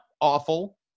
awful